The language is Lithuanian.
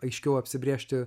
aiškiau apsibrėžti